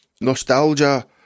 Nostalgia